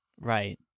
right